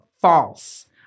false